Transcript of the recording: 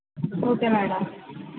okay madam